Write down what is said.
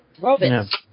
Robots